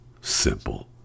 simple